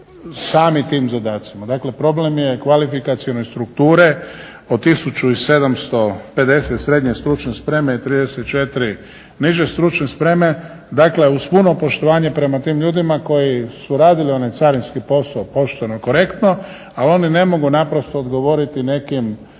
sami tim zadacima. Dakle problem je kvalifikacione strukture od 1750 srednje stručne spreme i 34 niže stručne spreme, dakle a uz puno poštovanje prema tim ljudima koji su radili onaj carinski posao pošteno, korektno, ali oni ne mogu naprosto odgovoriti nekim